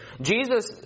Jesus